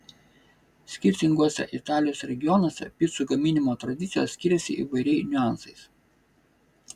skirtinguose italijos regionuose picų gaminimo tradicijos skiriasi įvairiai niuansais